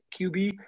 QB